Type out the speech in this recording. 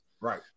Right